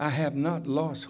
i have not los